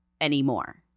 anymore